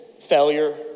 failure